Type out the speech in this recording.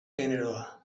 generoa